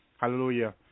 hallelujah